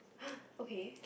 okay